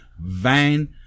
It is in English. van